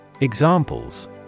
Examples